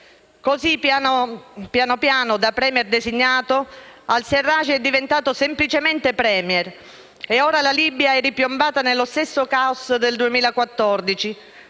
Così, pian piano, da *Premier* designato, al-Sarraj è diventato semplicemente *Premier* e oggi la Libia è ripiombata nello stesso caos del 2014,